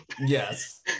Yes